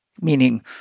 Meaning